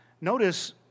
Notice